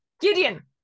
Gideon